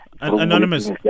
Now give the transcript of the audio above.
Anonymous